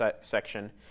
section